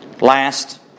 Last